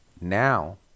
now